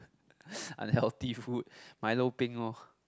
unhealthy food milo peng lor